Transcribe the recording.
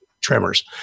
tremors